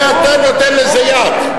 ואתה נותן לזה יד.